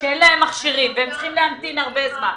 שאין להם מכשירים והם צריכים להמתין הרבה זמן.